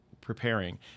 preparing